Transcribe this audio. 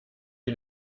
est